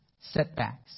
setbacks